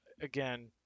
again